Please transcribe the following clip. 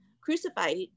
crucified